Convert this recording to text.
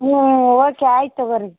ಹ್ಞೂ ಓಕೆ ಆಯ್ತು ತಗೋರಿ